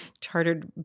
chartered